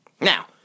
now